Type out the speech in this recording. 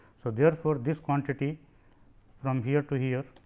so, there for this quantity from here to here